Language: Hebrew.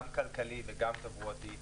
גם כלכלי וגם תברואתי.